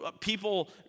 People